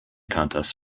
contests